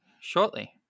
shortly